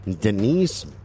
Denise